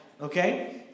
okay